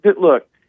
look